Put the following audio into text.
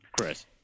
Chris